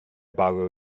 borrow